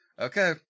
Okay